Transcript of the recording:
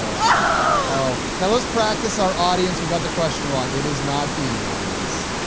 ah so now let's practice our audience we got the question wrong it is not b audience,